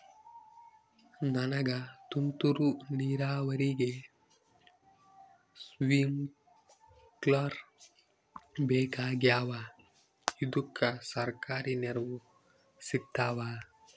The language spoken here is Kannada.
ನನಗ ತುಂತೂರು ನೀರಾವರಿಗೆ ಸ್ಪಿಂಕ್ಲರ ಬೇಕಾಗ್ಯಾವ ಇದುಕ ಸರ್ಕಾರಿ ನೆರವು ಸಿಗತ್ತಾವ?